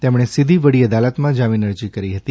તેમણે સીધી વડી અદાલતમાં જામીન અરજી કરી હતી